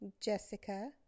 Jessica